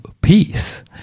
Peace